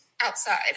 outside